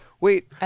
Wait